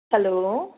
hello